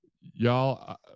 Y'all